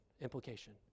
implication